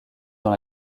dans